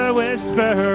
whisper